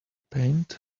paint